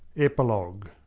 epilogue,